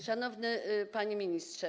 Szanowny Panie Ministrze!